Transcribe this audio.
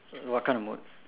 what kind of mood